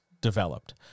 developed